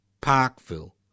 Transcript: Parkville